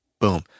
Boom